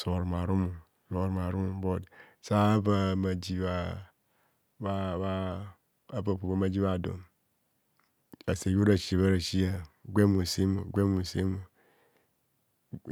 Sorumarum sorumarumo bur sava manji bha bha bha ava avabho mnajibhadon, ase ji bhara sia bharasia gwem osem gwem osem